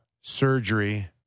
Surgery